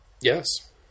Yes